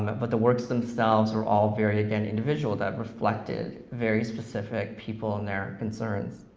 but the works themselves were all very, again, individual that reflected very specific people and their concerns.